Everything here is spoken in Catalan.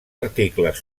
articles